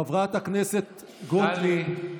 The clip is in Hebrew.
חברת הכנסת גוטליב.